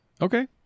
okay